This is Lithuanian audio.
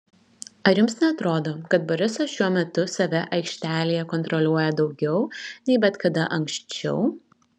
ar jums neatrodo kad borisas šiuo metu save aikštelėje kontroliuoja daugiau nei bet kada anksčiau